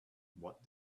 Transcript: what